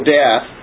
death